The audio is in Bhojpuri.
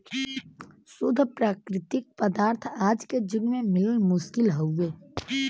शुद्ध प्राकृतिक पदार्थ आज के जुग में मिलल मुश्किल हउवे